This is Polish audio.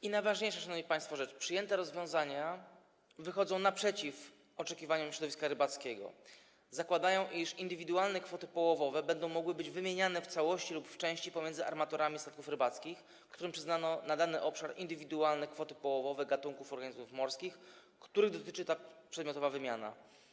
I najważniejsze, szanowni państwo - przyjęte rozwiązania wychodzą naprzeciw oczekiwaniom środowiska rybackiego, zakładają, iż indywidualne kwoty połowowe będą mogły być wymieniane w całości lub w części pomiędzy armatorami statków rybackich, którym przyznano na danym obszar indywidualne kwoty połowowe gatunków organizmów morskich, których dotyczy ta przedmiotowa wymiana.